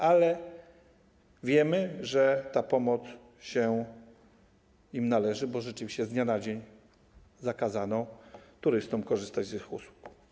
Ale wiemy, że pomoc im się należy, bo rzeczywiście z dnia na dzień zakazano turystom korzystać z ich usług.